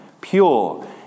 pure